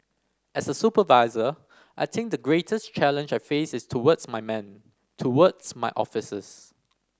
as a supervisor I think the greatest challenge I face is towards my men towards my officers